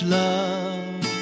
love